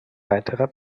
weiterer